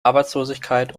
arbeitslosigkeit